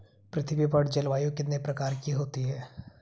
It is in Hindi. पृथ्वी पर जलवायु कितने प्रकार की होती है?